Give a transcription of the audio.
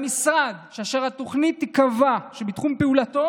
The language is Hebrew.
המשרד שהתוכנית שתיקבע היא בתחום פעולתו